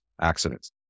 accidents